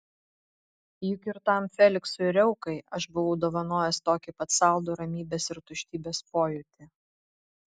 juk ir tam feliksui riaukai aš buvau dovanojęs tokį pat saldų ramybės ir tuštybės pojūtį